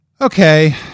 Okay